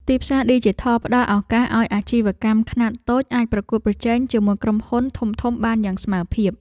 ទីផ្សារឌីជីថលផ្តល់ឱកាសឱ្យអាជីវកម្មខ្នាតតូចអាចប្រកួតប្រជែងជាមួយក្រុមហ៊ុនធំៗបានយ៉ាងស្មើភាព។